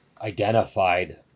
identified